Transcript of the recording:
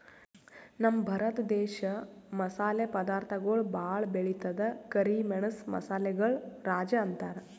ನಮ್ ಭರತ ದೇಶ್ ಮಸಾಲೆ ಪದಾರ್ಥಗೊಳ್ ಭಾಳ್ ಬೆಳಿತದ್ ಕರಿ ಮೆಣಸ್ ಮಸಾಲೆಗಳ್ ರಾಜ ಅಂತಾರ್